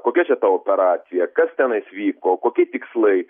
kokia čia ta operacija kas tenais vyko kokie tikslai